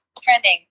Trending